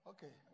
Okay